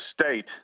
State